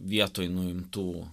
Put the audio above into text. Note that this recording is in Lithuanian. vietoj nuimtų